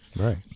Right